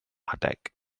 adeg